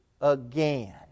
again